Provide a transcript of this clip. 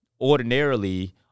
Ordinarily